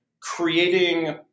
creating